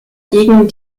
gegen